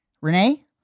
Renee